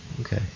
okay